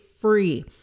free